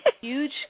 huge